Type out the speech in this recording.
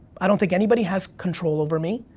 i don't think anybody has control over me.